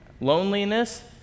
loneliness